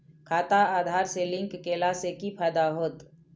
खाता आधार से लिंक केला से कि फायदा होयत?